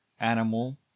animal